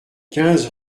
quinze